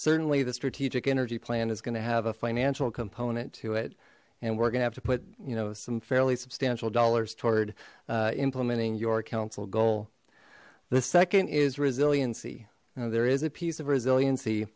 certainly the strategic energy plan is going to have a financial component to it and we're gonna have to put you know some fairly substantial dollars toward implementing your council goal the second is resiliency there is a piece of resili